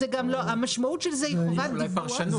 זאת אולי פרשנות.